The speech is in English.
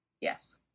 Yes